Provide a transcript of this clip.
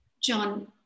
John